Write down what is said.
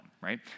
right